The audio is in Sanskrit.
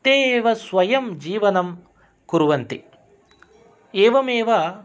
ते एव स्वयं जीवनं कुर्वन्ति एवमेव